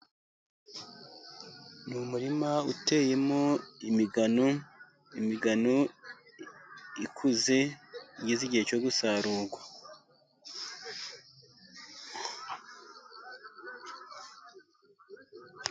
Ni umurima uteyemo imigano, imigano ikuze igeze igihe cyo gusarurwa.